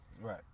Right